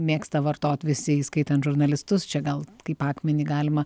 mėgsta vartot visi įskaitant žurnalistus čia gal kaip akmenį galima